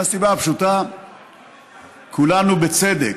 מהסיבה הפשוטה שכולנו בצדק,